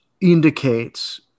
indicates